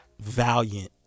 valiant